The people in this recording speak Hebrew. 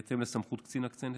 בהתאם לסמכות קצין הכנסת.